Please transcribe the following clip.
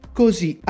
così